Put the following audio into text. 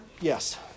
yes